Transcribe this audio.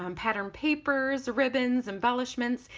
um patterned papers, ribbons, embellishments.